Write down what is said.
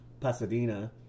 pasadena